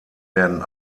werden